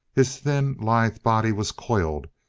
his thin, lithe body was coiled,